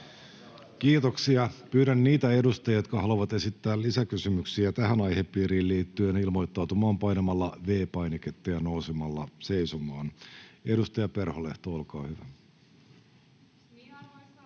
Kiitoksia. — Pyydän niitä edustajia, jotka haluavat esittää lisäkysymyksiä tähän aihepiiriin liittyen, ilmoittautumaan painamalla V-painiketta ja nousemalla seisomaan. — Edustaja Perholehto, olkaa hyvä.